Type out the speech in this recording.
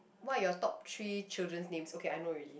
what your top three children name okay I know already